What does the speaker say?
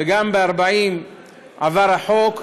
וגם, ב-40 עבר החוק.